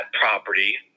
property